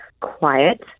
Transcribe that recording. quiet